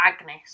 Agnes